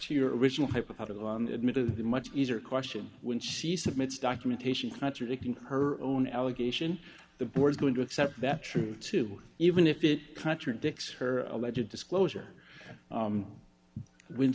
to your original hypothetical admittedly much easier question when she submitted documentation contradicting her own allegation the board's going to accept that true too even if it contradicts her alleged disclosure when